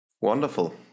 Wonderful